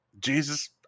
Jesus